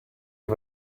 you